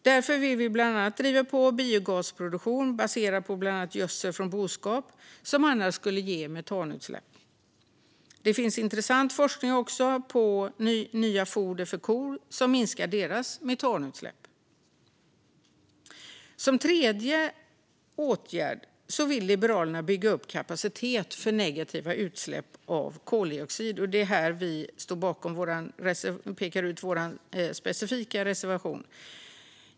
Vi vill därför bland annat driva på biogasproduktion baserad på bland annat gödsel från boskap, som annars skulle ge metanutsläpp. Det finns också intressant forskning på nya foder för kor som minskar deras metanutsläpp. Det tredje området handlar om att Liberalerna vill bygga upp kapacitet för negativa utsläpp av koldioxid, och här pekar vi ut vår specifika reservation.